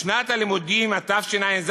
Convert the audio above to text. בשנת הלימודים התשע"ז,